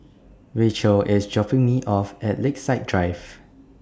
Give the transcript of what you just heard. Racheal IS dropping Me off At Lakeside Drive